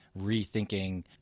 rethinking